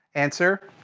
answer